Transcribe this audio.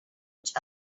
each